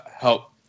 help